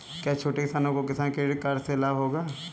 क्या छोटे किसानों को किसान क्रेडिट कार्ड से लाभ होगा?